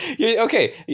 Okay